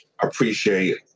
appreciate